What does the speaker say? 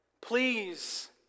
Please